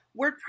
WordPress